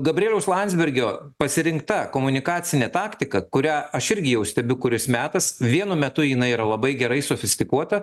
gabrieliaus landsbergio pasirinkta komunikacinė taktika kurią aš irgi jau stebiu kuris metas vienu metu jinai yra labai gerai sofistikuota